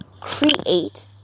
create